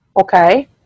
Okay